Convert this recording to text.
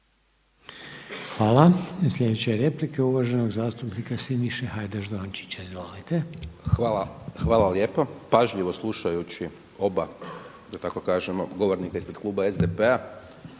Hvala. Sljedeća je replika uvaženog zastupnika Siniše Hajdaš Dončića. Izvolite. **Hajdaš Dončić, Siniša (SDP)** Hvala lijepo. Pažljivo slušajući oba da tako kaže govornika ispred kluba SDP-a